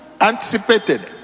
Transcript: anticipated